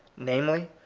namely,